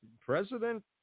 President